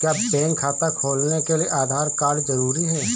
क्या बैंक खाता खोलने के लिए आधार कार्ड जरूरी है?